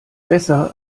besser